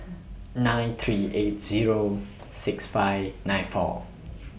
nine three eight Zero six five nine four